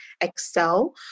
excel